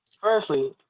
Firstly